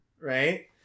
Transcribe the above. right